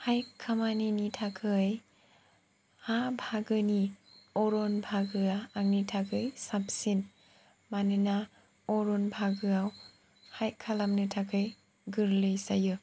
हाइक खामानिनि थाखाय मा बाहागोनि अरन बाहागोया आंनि थाखाय साबसिन मानोना अरन बाहागोआव हाइक खालामनो थाखाय गोरलै जायो